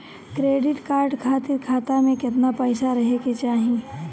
Credit card खातिर खाता में केतना पइसा रहे के चाही?